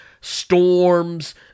storms